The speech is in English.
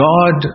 God